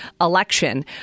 election